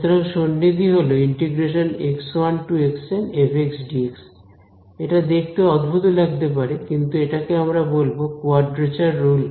সুতরাং সন্নিধি হল f dx এটা দেখতে অদ্ভুত লাগতে পারে কিন্তু এটাকে আমরা বলব কোয়াড্রেচার রুল